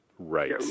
Right